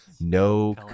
no